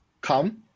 come